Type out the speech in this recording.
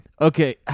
Okay